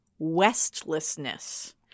westlessness